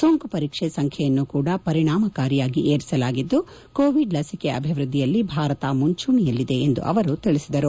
ಸೋಂಕು ಪರೀಕ್ಷೆ ಸಂಖ್ಯೆಯನ್ನು ಕೂಡ ಪರಿಣಾಮಕಾರಿಯಾಗಿ ಏರಿಸಲಾಗಿದ್ಲು ಕೋವಿಡ್ ಲಸಿಕೆ ಅಭಿವ್ವದ್ಲಿಯಲ್ಲಿ ಭಾರತ ಮುಂಚೂಣಿಯಲ್ಲಿದೆ ಎಂದು ಅವರು ತಿಳಿಸಿದರು